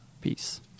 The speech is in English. Peace